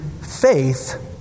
faith